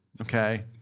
Okay